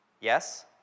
Yes